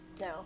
no